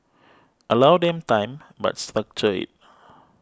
allow them time but structure it